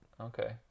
Okay